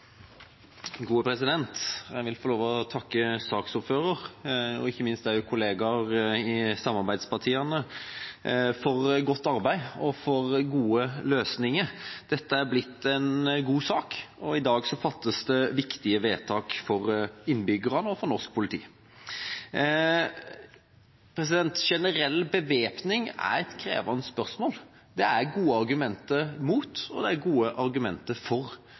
gode løsninger. Dette er blitt en god sak, og i dag fattes det viktige vedtak for innbyggerne og for norsk politi. Generell bevæpning er et krevende spørsmål. Det er gode argumenter mot, og det er gode argumenter for.